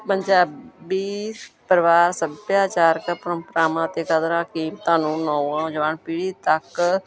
ਪੰਜਾਬੀ ਪਰਿਵਾਰ ਸਭਿਆਚਾਰਕ ਪਰੰਪਰਾਵਾਂ 'ਤੇ ਕਦਰਾ ਕੀਮਤਾਂ ਨੂੰ ਨੌਜਵਾਨ ਪੀੜ੍ਹੀ ਤੱਕ